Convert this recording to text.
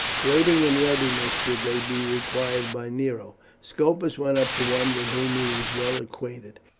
waiting in readiness should they be required by nero. scopus went up to one with whom he was well acquainted.